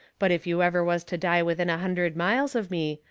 but if you ever was to die within a hundred miles of me,